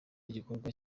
igikorwa